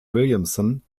williamson